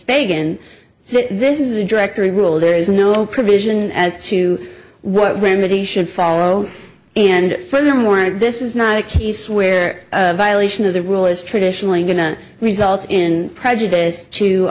fagan so this is a directory rule there is no provision as to what remedy should follow and furthermore this is not a case where violation of the rule is traditionally going to result in prejudice to